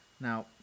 Now